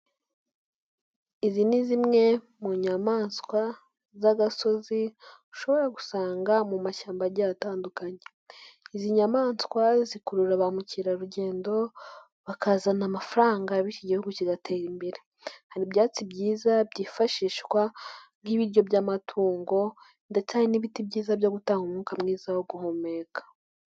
Izi ni zimwe mu nyamaswa z'agasozi ushobora gusanga mu mashyamba agiye atandukanye, izi nyamaswa zikurura ba mukerarugendo bakazana amafaranga bityo igihugu kigatera imbere, hari ibyatsi byiza byifashishwa nk'ibiryo by'amatungo ndetse hari n'ibiti byiza byo gutanga umwuka mwiza wo guhumeka.